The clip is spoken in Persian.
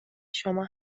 شما